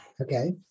Okay